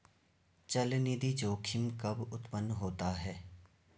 चलनिधि जोखिम कब उत्पन्न होता है?